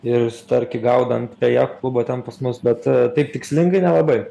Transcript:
ir starkį gaudant prie jacht klubo ten pas mus bet taip tikslingai nelabai